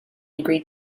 agreed